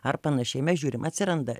ar panašiai mes žiūrim atsiranda